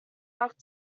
back